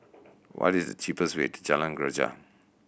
what is the cheapest way to Jalan Greja